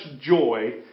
joy